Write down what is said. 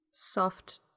Soft